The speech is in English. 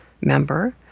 member